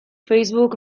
facebook